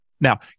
Now